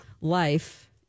life